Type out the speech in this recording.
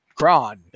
gron